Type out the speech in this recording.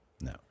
No